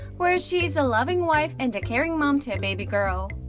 where she is a loving wife and a caring mom to a baby-girl.